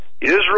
israel